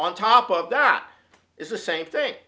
on top of that is the same thing